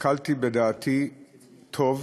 שקלתי בדעתי טוב,